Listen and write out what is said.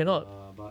ya but